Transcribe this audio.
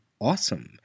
awesome